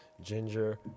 Ginger